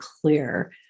clear